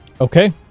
Okay